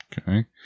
Okay